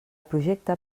projecte